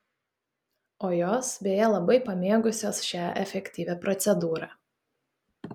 o jos beje labai pamėgusios šią efektyvią procedūrą